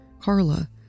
Carla